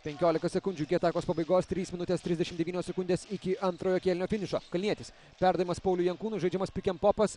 penkiolika sekundžių iki atakos pabaigos trys minutės trisdešim devynios sekundės iki antrojo kėlinio finišo kalnietis perdavimas pauliui jankūnui žaidžiamas pikenpopas